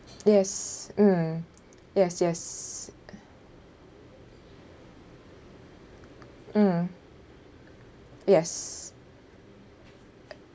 yes mm yes yes mm yes